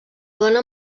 dona